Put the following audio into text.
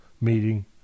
meeting